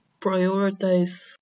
prioritize